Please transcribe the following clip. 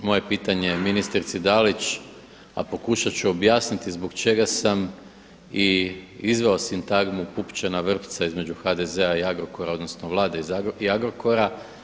Moje pitanje ministrici Dalić, a pokušat ću objasniti zbog čega sam i izveo sintagmu pupčana vrpca između HDZ-a i Agrokora, odnosno Vlade i Agrokora.